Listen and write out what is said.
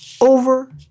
over